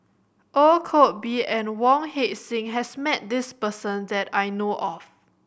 Ong Koh Bee and Wong Heck Sing has met this person that I know of